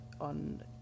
on